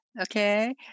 Okay